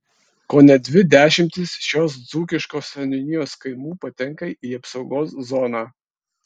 kone dvi dešimtys šios dzūkiškos seniūnijos kaimų patenka į apsaugos zoną